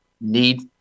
need